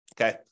Okay